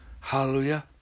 Hallelujah